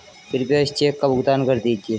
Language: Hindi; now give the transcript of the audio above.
कृपया इस चेक का भुगतान कर दीजिए